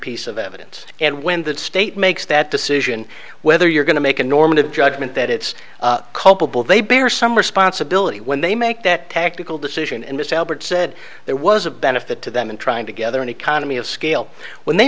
piece of evidence and when that state makes that decision whether you're going to make a normative judgment that it's culpable they bear some responsibility when they make that tactical decision and it's albert said there was a benefit to them in trying to gather an economy of scale when they